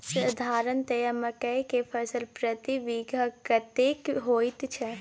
साधारणतया मकई के फसल प्रति बीघा कतेक होयत छै?